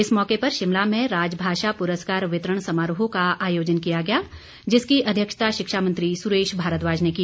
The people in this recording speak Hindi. इस मौके पर शिमला में राजभाषा पुरस्कार वितरण समारोह का आयोजन किया गया जिसकी अध्यक्षता शिक्षा मंत्री सुरेश भारद्वाज ने की